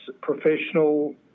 professional